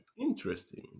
Interesting